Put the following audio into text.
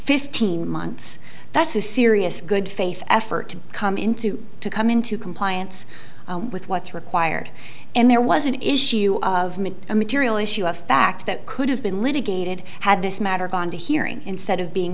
fifteen months that's a serious good faith effort to come into to come into compliance with what's required and there was an issue of me a material issue a fact that could have been litigated had this matter gone to hearing instead of being